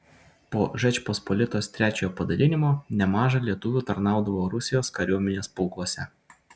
po žečpospolitos trečiojo padalinimo nemaža lietuvių tarnaudavo rusijos kariuomenės pulkuose